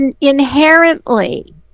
inherently